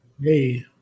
Hey